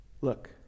look